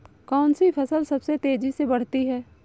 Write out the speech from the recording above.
कौनसी फसल सबसे तेज़ी से बढ़ती है?